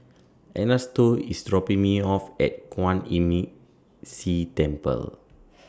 Ernesto IS dropping Me off At Kwan Imm See Temple